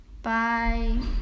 Bye